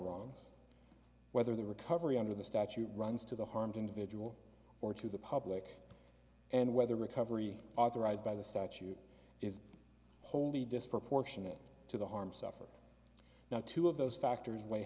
wrongs whether the recovery under the statute runs to the harmed individual or to the public and whether recovery authorized by the statute is wholly disproportionate to the harm suffered now two of those factors weigh